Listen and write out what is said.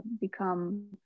become